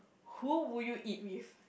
who would you eat with